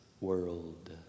world